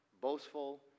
boastful